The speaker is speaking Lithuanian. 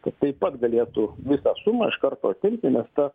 kad taip pat galėtų visą sumą iš karto atsiimti nes ta